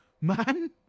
man